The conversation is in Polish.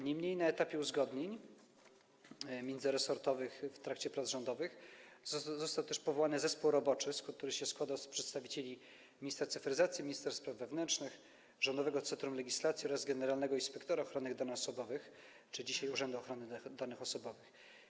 Niemniej jednak na etapie uzgodnień międzyresortowych, w trakcie prac rządowych został też powołany zespół roboczy, który składał się z przedstawicieli ministra cyfryzacji, minister spraw wewnętrznych, Rządowego Centrum Legislacji oraz dawnego generalnego inspektora ochrony danych osobowych, czyli Urzędu Ochrony Danych Osobowych.